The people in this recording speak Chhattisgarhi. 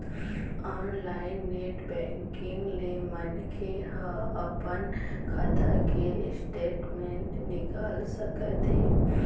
ऑनलाईन नेट बैंकिंग ले मनखे ह अपन खाता के स्टेटमेंट निकाल सकत हे